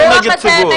לא נגד ציבור.